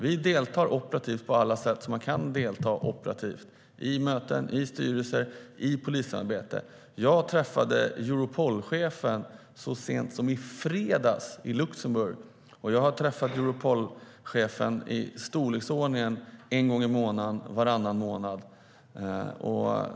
Vi deltar operativt på alla sätt som man kan delta operativt - vid möten, i styrelser och i polissamarbeten. Jag träffade Europolchefen så sent som i fredags i Luxemburg, och jag har träffat Europolchefen i storleksordningen en gång i månaden, varannan månad.